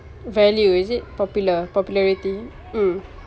value is it popular popularity mm